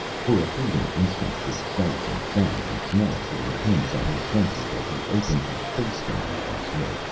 for a fleeting instant the sights and sounds and smells that impinged on his senses, as he opened his face-window once more,